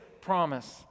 promise